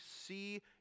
see